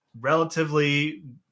relatively